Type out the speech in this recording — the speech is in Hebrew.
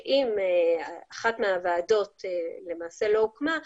שאם אחת מהוועדות למעשה לא הוקמה,